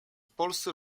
polsce